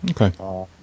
Okay